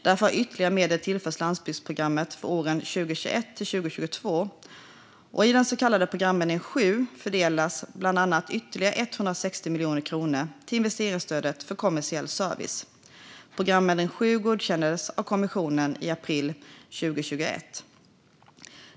Därför har ytterligare medel tillförts landsbygdsprogrammet för åren 2021-2022, och i den så kallade programändring 7 fördelades bland annat ytterligare 160 miljoner kronor till investeringsstödet för kommersiell service. Programändring 7 godkändes av kommissionen i april 2021.